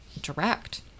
direct